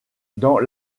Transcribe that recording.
dans